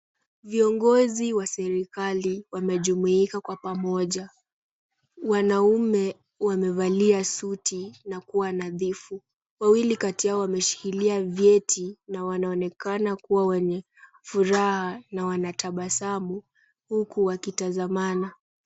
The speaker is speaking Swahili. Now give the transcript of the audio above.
Viongozi wa serikali wamejumuika kwa pamoja. Wanaume wamevalia suti na kuwa nadhifu, wawili kati yao wameshikilia vyeti na wanaonekana kuwa wenye furaha na wanatabasamu huku wakitazamana.